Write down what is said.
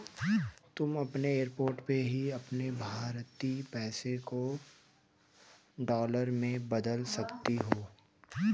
तुम एयरपोर्ट पर ही अपने भारतीय पैसे डॉलर में बदलवा सकती हो